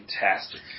fantastic